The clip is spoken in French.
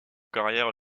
carrière